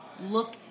look